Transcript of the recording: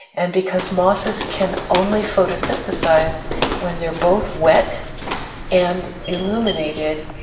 and because mosses can only photosynthesize when they're both wet and illuminated,